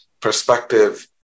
perspective